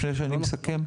לפני שאני מסכם.